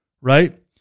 Right